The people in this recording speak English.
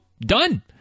done